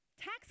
tax